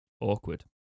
awkward